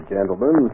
gentlemen